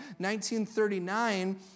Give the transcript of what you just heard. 1939